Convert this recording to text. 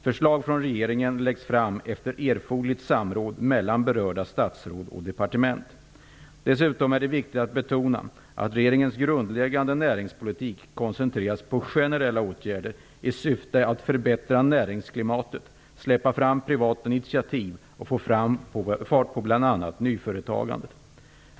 Förslag från regeringen läggs fram efter erforderligt samråd mellan berörda statsråd och departement. Dessutom är det viktigt att betona att regeringens grundläggande näringspolitik koncentreras på generella åtgärder, i syfte att förbättra näringsklimatet, släppa fram privata initiativ och få fart på bl.a. nyföretagandet.